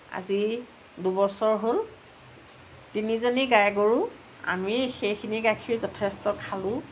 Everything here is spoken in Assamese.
আজি দুবছৰ হ'ল তিনিজনী গাই গৰু আমি সেইখিনি গাখীৰ যথেষ্ট খালোঁ